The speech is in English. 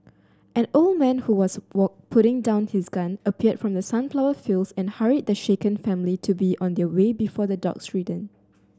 an old man who was putting down his gun appeared from the sunflower fields and hurried the shaken family to be on their way before the dogs return